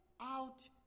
out